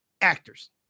actors